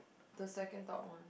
the second top one